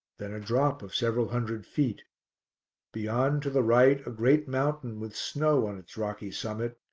then a drop of several hundred feet beyond, to the right, a great mountain with snow on its rocky summit,